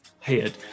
head